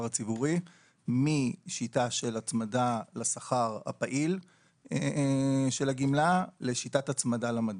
הציבורי משיטה של הצמדה לשכר הפעיל של הגמלה לשיטת הצמדה למדד.